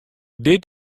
dit